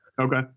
Okay